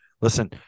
listen